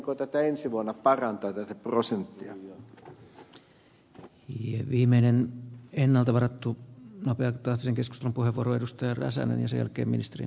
voitaisiinko ensi vuonna parantaa tätä prosenttia ja viimeinen ennalta varattu nopeuttaa sen keskustelupuheenvuoro edusta jäsenensä jälkeen ministeri